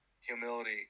humility